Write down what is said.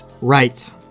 Right